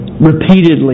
repeatedly